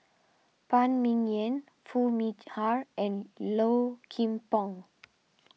Phan Ming Yen Foo Meet Har and Low Kim Pong